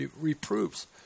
reproofs